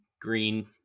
green